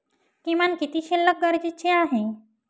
किमान किती शिल्लक गरजेची आहे?